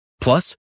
Plus